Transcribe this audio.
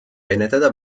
ennetada